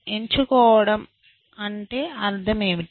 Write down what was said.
ఎంచుకోవడం అర్థం ఏమిటి